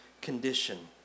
condition